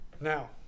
now